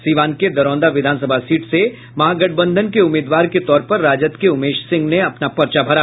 सीवान के दरौंदा विधानसभा सीट से महागठबंधन के उम्मीदवार के तौर पर राजद के उमेश सिंह ने अपना पर्चा भरा